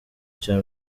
cya